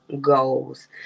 Goals